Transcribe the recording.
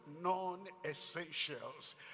non-essentials